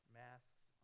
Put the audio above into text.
masks